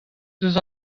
eus